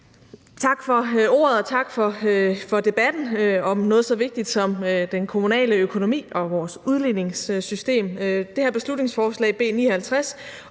Tak for ordet, og tak for debatten om noget så vigtigt som den kommunale økonomi og vores udligningssystem. Det her beslutningsforslag, B 59,